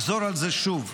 אחזור על זה שוב: